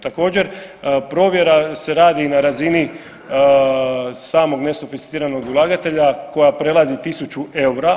Također provjera se radi i na razini samog nesofisticiranog ulagatelja koja prelazi tisuću eura.